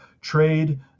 trade